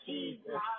Jesus